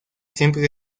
siempre